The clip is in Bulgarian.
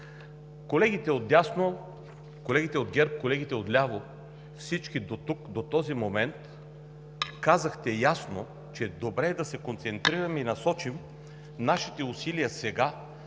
Колегите отдясно, колегите от ГЕРБ, колегите отляво и всички до този момент казахте ясно, че е добре да се концентрираме и насочим нашите усилия сега,